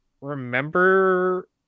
remember